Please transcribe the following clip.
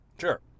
Sure